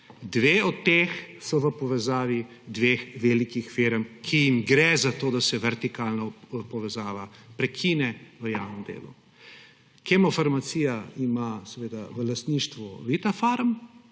Dve od teh sta v povezavi dveh velikih firm, ki jim gre za to, da se vertikalna povezava prekine v javnem delu. Kemofarmacija ima seveda v lastništvu Vitafarm,